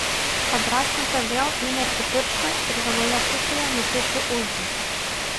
padrąsinta vėl įmerkiu pirštą ir vienoje pusėje nupiešiu užraitą